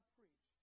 preach